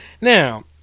Now